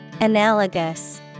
Analogous